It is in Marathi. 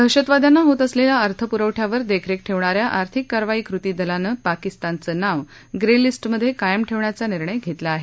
दहशदवाद्यांना होत असलेल्या अर्थपुरवठ्यावर देखरेख ठेवणाऱ्या आर्थिक कारवाई कृती दलानं पाकिस्तानचं नाव ग्रे लिस्ट मध्ये कायम ठेवण्याचा निर्णय घेतला आहे